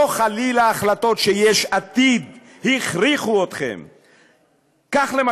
לא חלילה החלטות שיש עתיד הכריחו אתכם לקבל.